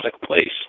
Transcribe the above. place